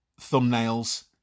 thumbnails